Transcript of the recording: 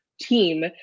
team